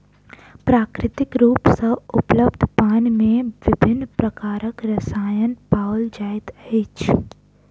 प्राकृतिक रूप सॅ उपलब्ध पानि मे विभिन्न प्रकारक रसायन पाओल जाइत अछि